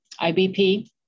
IBP